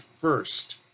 first